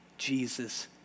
Jesus